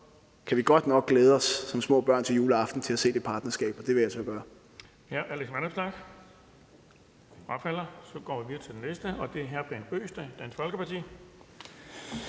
kan vi godt nok glæde os som små børn til juleaften til at se det partnerskab – og det vil jeg så gøre.